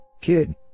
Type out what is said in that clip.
kid